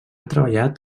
treballat